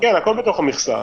הכול בתוך המכסה.